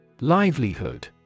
Livelihood